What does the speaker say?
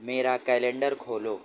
میرا کیلنڈر کھولو